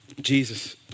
Jesus